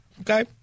Okay